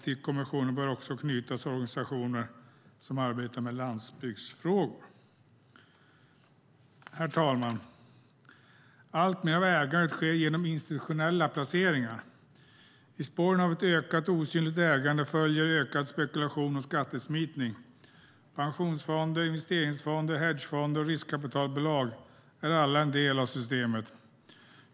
Till kommissionen bör också knytas organisationer som arbetar med landsbygdsfrågor. Herr talman! Alltmer av ägandet sker genom institutionella placeringar. I spåren av ett ökat osynligt ägande följer ökad spekulation och skattesmitning. Pensionsfonder, investeringsfonder, hedgefonder och riskkapitalbolag är alla en del av systemet.